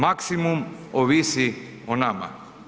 Maksimum ovisi o nama.